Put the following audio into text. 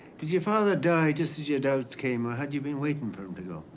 did your father die just as your doubts came, or had you been waiting for him to go?